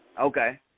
Okay